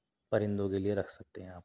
پرندوں کے لئے رکھ سکتے ہیں آپ